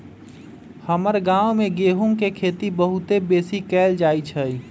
हमर गांव में गेहूम के खेती बहुते बेशी कएल जाइ छइ